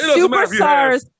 superstars